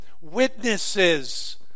witnesses